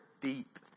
deep